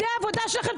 זו העבודה שלכם,